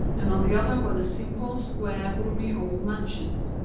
and on the other were the simple, square, roomy old mansions,